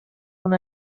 una